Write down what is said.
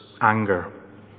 anger